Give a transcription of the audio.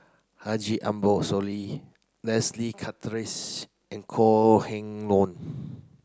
Haji Ambo Sooloh Leslie Charteris and Kok Heng Leun